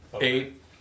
Eight